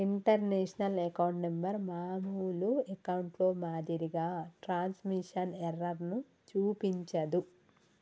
international account number మామూలు అకౌంట్లో మాదిరిగా ట్రాన్స్మిషన్ ఎర్రర్ ను చూపించదు